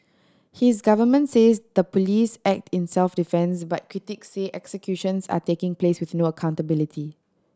his government says the police act in self defence but critics say executions are taking place with no accountability